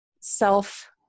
self